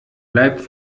bleibt